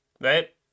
right